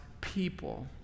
people